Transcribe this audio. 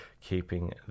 keeping